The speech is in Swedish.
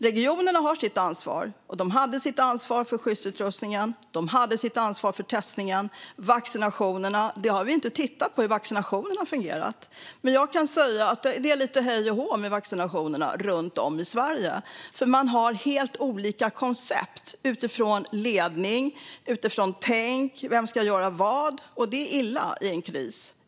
Regionerna har ett ansvar; de hade sitt ansvar för skyddsutrustningen, och de hade sitt ansvar för testningen och vaccinationerna. Vi har inte tittat på hur vaccinationerna har fungerat. Det är lite hej och hå med vaccinationerna runt om i Sverige. Man har helt olika koncept utifrån ledning, tänk och vem som ska göra vad. Det är illa i en kris.